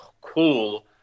cool